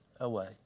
away